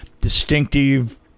distinctive